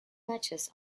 matches